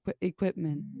equipment